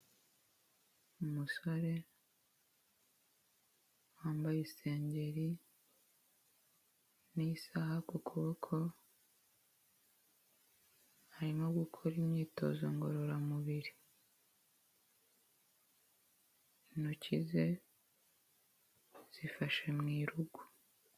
Umusore wambaye isengeri n'isaaha ku kuboko arimo gukora imyitozo ngororamubiri, intoki ze zifashe mu irugu.